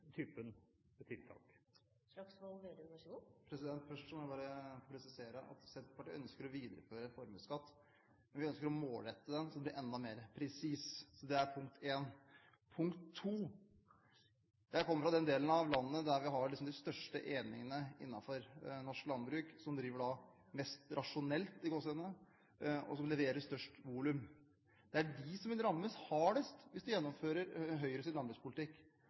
Først må jeg bare presisere at Senterpartiet ønsker å videreføre formuesskatt. Vi ønsker å målrette den, så den blir enda mer presis. Det er punkt 1. Punkt 2: Jeg kommer fra den delen av landet der vi har de største eningene innenfor norsk landbruk, som driver mest «rasjonelt» og som leverer størst volum. Det er de som vil rammes hardest hvis du gjennomfører Høyres landbrukspolitikk. Hvis du produserer mer og mer og du ikke tjener noe per enhet, vil du gå med netto tap. Hvis Høyre